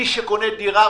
מי שקונה דירה,